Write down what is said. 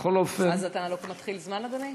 בכל אופן, אז אתה מתחיל זמן, אדוני?